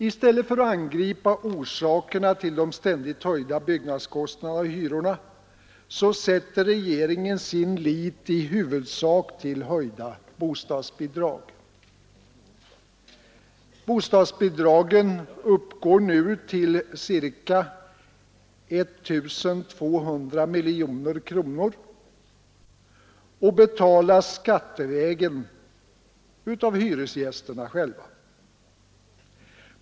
I stället för att angripa orsakerna till de ständigt höjda byggnadskostnaderna och hyrorna sätter regeringen sin lit i huvudsak till höjda bostadsbidrag. Bostadsbidragen uppgår nu till ca 1 200 miljoner kronor och betalas skattevägen av hyresgästerna själva.